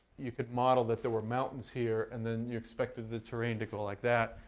you could model that there were mountains here. and then you expected the terrain to go like that.